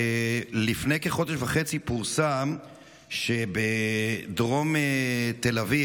לפני כחודש וחצי פורסם שבדרום תל אביב,